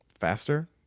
Faster